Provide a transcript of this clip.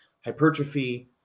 hypertrophy